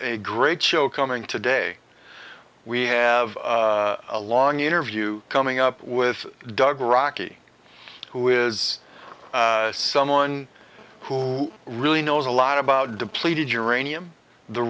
a great show coming today we have a long interview coming up with doug rockey who is someone who really knows a lot about depleted uranium the